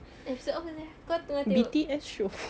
episode oh mana kau tengah tengok